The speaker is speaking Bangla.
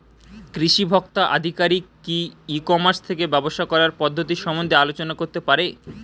কৃষি ভোক্তা আধিকারিক কি ই কর্মাস থেকে ব্যবসা করার পদ্ধতি সম্বন্ধে আলোচনা করতে পারে?